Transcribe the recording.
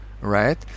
right